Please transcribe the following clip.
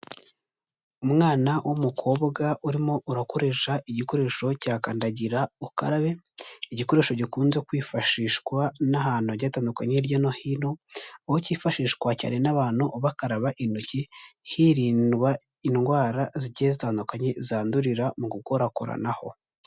Umwana w'umukobwa urimo urakoresha igikoresho cya kandagira ukarabe, igikoresho gikunze kwifashishwa n'ahantu byatandukanye hirya no hino, aho cyifashishwa cyane n'abantu bakaraba intoki hirindwa indwara zigiye zitandukanye zandurira mu gukorakoraranaho.